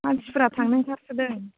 मानसिफ्रा थांनो ओंखारसोदों